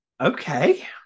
Okay